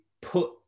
put